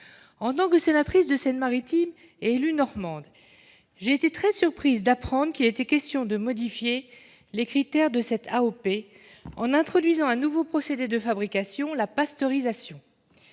En tant que sénatrice de la Seine-Maritime et élue normande, j'ai été très surprise d'apprendre qu'il était question de modifier les critères de cette AOP en introduisant un nouveau procédé de fabrication : la pasteurisation.